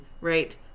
right